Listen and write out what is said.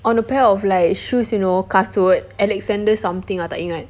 on a pair of like shoes you know kasut alexander something ah tak ingat